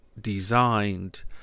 designed